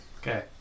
Okay